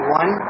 one